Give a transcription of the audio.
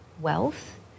wealth